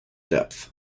depth